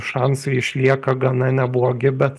šansai išlieka gana neblogi bet